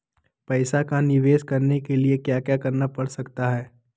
पैसा का निवेस करने के लिए क्या क्या करना पड़ सकता है?